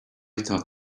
thought